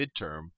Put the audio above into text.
midterm